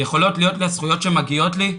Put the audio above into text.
יכולות להיות לי הזכויות שמגיעות לי?